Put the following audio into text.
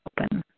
open